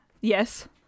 yes